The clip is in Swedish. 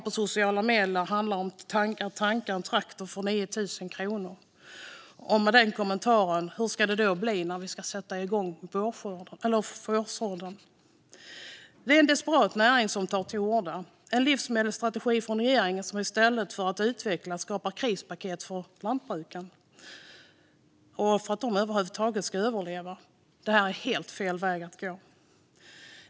På sociala medier talas det om att tanka en traktor för 9 000 kronor. Hur ska det då bli när vi ska sätta igång vårsådden, undrade någon i en kommentar. Det är en desperat näring som tar till orda. Vi har en livsmedelsstrategi från regeringen som i stället för att utveckla skapar krispaket för att lantbruken över huvud taget ska överleva. Detta är helt fel väg att gå.